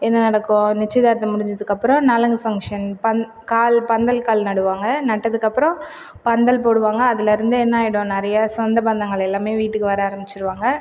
என்ன நடக்கும் நிச்சியதார்த்தம் முடிஞ்சதுக்கப்புறோ நலங்கு ஃபங்க்ஷன் பந்த கால் பந்தல் கால் நடுவாங்கள் நட்டதுக்கு அப்புறம் பந்தல் போடுவாங்கள் அதுலேருந்து என்ன ஆகிடும் நிறைய சொந்த பந்தங்கள் எல்லாமே வீட்டுக்கு வர ஆரமிச்சுடுவாங்கள்